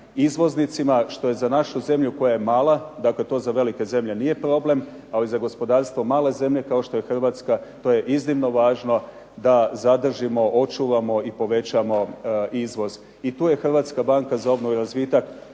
izvoznicima što je za našu zemlju koja je mala, dakle to za velike zemlje nije problem, ali za gospodarstvo male zemlje kao što je Hrvatska to je iznimno važno da zadržimo, očuvamo i povećamo izvoz. I tu je Hrvatska banka za obnovu i razvitak